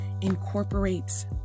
incorporates